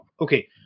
Okay